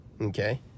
okay